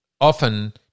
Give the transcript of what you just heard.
often